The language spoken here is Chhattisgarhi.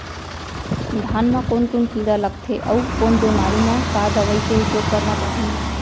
धान म कोन कोन कीड़ा लगथे अऊ कोन बेमारी म का दवई के उपयोग करना चाही?